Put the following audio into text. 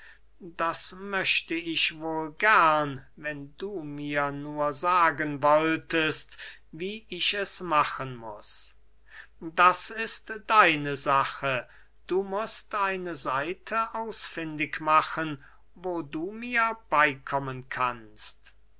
das möchte ich wohl gern wenn du mir nur sagen wolltest wie ich es machen muß das ist deine sache du mußt eine seite ausfindig machen wo du mir beykommen kannst